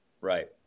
right